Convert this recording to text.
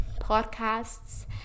podcasts